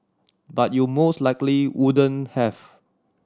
but you most likely wouldn't have